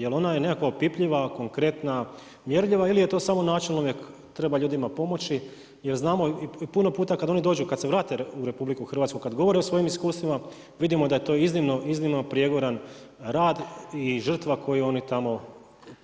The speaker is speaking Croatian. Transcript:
Je li ona je nekako opipljiva, konkretna, mjerljiva ili je to samo, načelno uvijek treba ljudima pomoći jer znamo i puno puta kada oni dođu, kada se vrate u RH, kada govore o svojim iskustvima vidimo da je to iznimno, iznimno prijegoran rad i žrtva